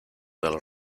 del